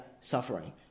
suffering